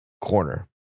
corner